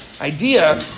idea